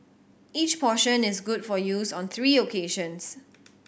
each portion is good for use on three occasions